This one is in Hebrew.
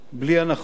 בלי הנחות,